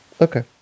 Okay